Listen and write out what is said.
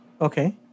Okay